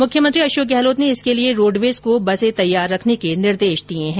मुख्यमंत्री अशोक गहलोत ने इसके लिए रोडवेज को बसें तैयार रखने के निर्देश दिए है